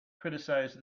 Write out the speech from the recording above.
criticized